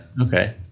okay